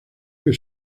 que